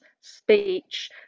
speech